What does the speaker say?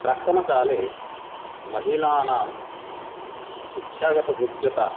प्राक्तनकाले महिलानां शिक्षागतयोग्यता